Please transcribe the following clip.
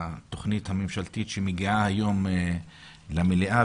לתוכנית הממשלתית שמגיעה היום למליאה,